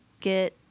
get